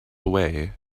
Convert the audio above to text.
away